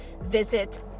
Visit